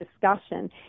discussion